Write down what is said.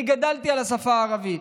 אני גדלתי על השפה הערבית.